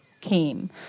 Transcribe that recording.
came